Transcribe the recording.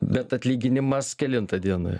bet atlyginimas kelintą dieną